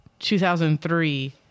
2003